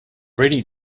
rainy